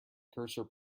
cursor